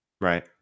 Right